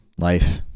life